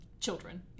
children